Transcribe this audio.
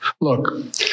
Look